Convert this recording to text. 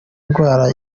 indwara